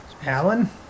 Alan